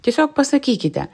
tiesiog pasakykite